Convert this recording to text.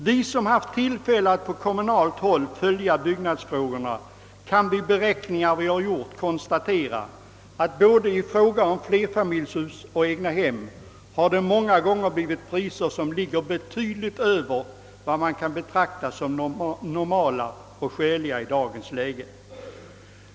Vi, som har haft tillfälle att på kommunalt håll följa byggnadsfrågorna, kan efter beräkningar som vi har gjort konstatera att det i fråga om både: iflerfamiljshus och egnahem många: gånger förekommit priser, som ligger betydligt över vad man kan betrakta som normala och skäliga i dagens läge.